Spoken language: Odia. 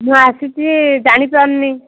ମୁଁ ଆସିଛି ଜାଣିପାରୁନି